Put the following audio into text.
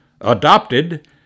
adopted